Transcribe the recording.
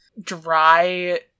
dry